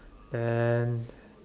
and